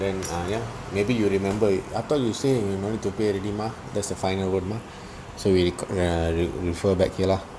then uh ya lah maybe you will remember I thought you say you no need to pay already mah that's the final one mah so we uh we refer back here lah